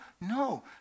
No